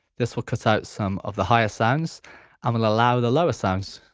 this will cut out some of the higher sounds and will allow the lower sounds.